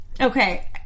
okay